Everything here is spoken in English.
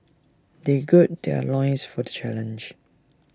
they gird their loins for the challenge